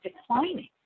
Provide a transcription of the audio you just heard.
declining